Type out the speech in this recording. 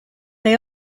they